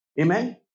Amen